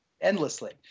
Endlessly